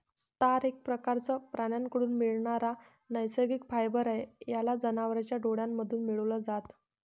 तार एक प्रकारचं प्राण्यांकडून मिळणारा नैसर्गिक फायबर आहे, याला जनावरांच्या डोळ्यांमधून मिळवल जात